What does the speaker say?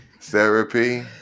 Therapy